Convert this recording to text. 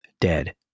dead